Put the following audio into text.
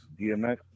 DMX